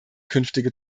künftige